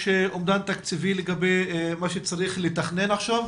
יש אומדן תקציבי לגבי מה שצריך לתכנן עכשיו?